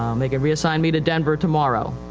um, they could reassign me to denver tomorrow,